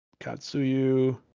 Katsuyu